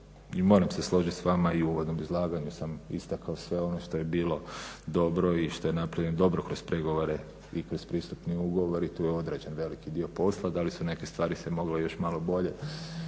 i moram se složit s vama i u uvodnom izlaganju sam istakao sve ono što je bilo dobro i što je napravljeno dobro kroz pregovore i kroz pristupni ugovor i tu je određeni veliki dio posla. Da li su neke stvari se mogle još malo bolje